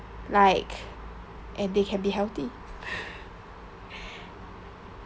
like and they can be healthy